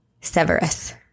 Severus